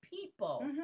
people